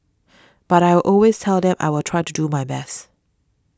but I always tell them I will try to do my best